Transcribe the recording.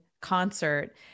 concert